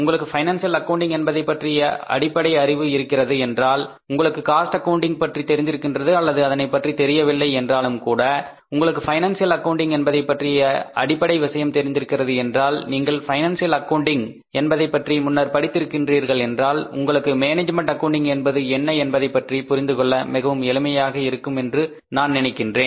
உங்களுக்கு financial accounting என்பதை பற்றிய அடிப்படை அறிவு இருக்கிறது என்றால் உங்களுக்கு காஸ்ட் அக்கவுன்டிங் பற்றி தெரிந்திருக்கின்றது அல்லது அதனைப் பற்றி தெரியவில்லை என்றாலும் கூட உங்களுக்கு பைனான்சியல் அக்கவுண்டிங் என்பதைப்பற்றிய அடிப்படை விஷயம் தெரிகின்றது என்றால் நீங்கள் பைனான்சியல் அக்கவுண்டிங் என்பதைப் பற்றி முன்னர் படித்து இருக்கின்றீர்கள் என்றால் உங்களுக்கு மேனேஜ்மெண்ட் அக்கவுண்டிங் என்பது என்ன என்பதைப் பற்றி புரிந்துகொள்ள மிகவும் எளிமையாக இருக்கும் என்று நான் நினைக்கின்றேன்